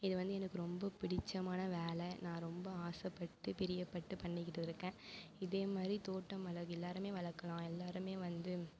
இது வந்து எனக்கு ரொம்ப பிடிச்சமான வேலை நான் ரொம்ப ஆசைப்பட்டு பிரியப்பட்டு பண்ணிக்கிட்டுயிருக்கேன் இதேமாதிரி தோட்டம் வள எல்லாருமே வளர்க்கலாம் எல்லாருமே வந்து